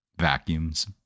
Vacuums